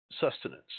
sustenance